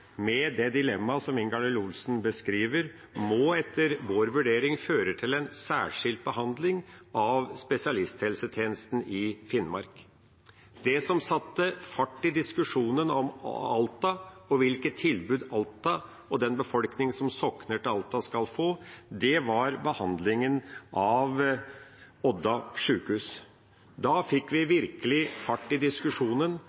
med det dilemmaet som Ingalill Olsen beskriver, må etter vår vurdering føre til en særskilt behandling av spesialisthelsetjenesten i Finnmark. Det som satte fart i diskusjonen om Alta, og hvilke tilbud Alta og den befolkningen som sokner til Alta, skal få, var behandlingen av Odda sjukehus. Da fikk vi